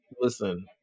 Listen